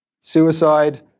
suicide